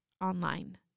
online